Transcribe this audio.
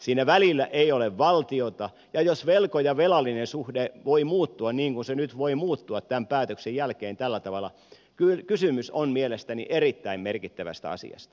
siinä välillä ei ole valtiota ja jos velkojavelallinen suhde voi muuttua niin kuin se nyt voi muuttua tämän päätöksen jälkeen tällä tavalla kysymys on mielestäni erittäin merkittävästä asiasta